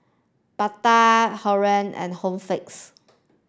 Bata and Home Fix